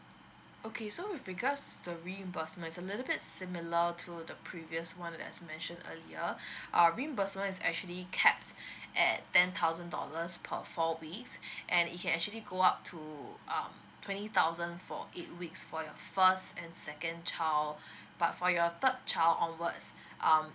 okay so with regards the reimbursement it's a little bit similar to the previous one that as mentioned earlier uh reimbursement is actually caps at ten thousand dollars per four weeks and it actually go up to um twenty thousand for eight weeks for your first and second child but for your third child onwards um